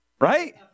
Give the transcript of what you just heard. Right